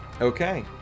Okay